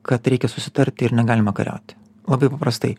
kad reikia susitarti ir negalima kariauti labai paprastai